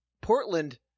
Portland